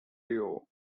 duo